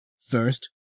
First